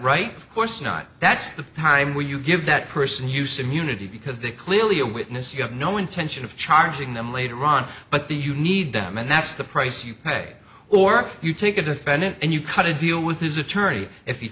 right of course not that's the time when you give that person use immunity because they clearly a witness you have no intention of charging them later on but the you need them and that's the price you pay or you take a defendant and you cut a deal with his attorney if he